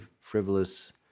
frivolous